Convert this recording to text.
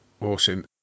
Awesome